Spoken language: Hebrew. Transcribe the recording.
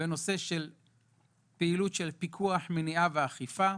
בנושא פעילות פיקוח, מניעה ואכיפה.